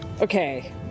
okay